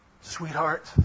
Sweetheart